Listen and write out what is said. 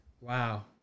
Wow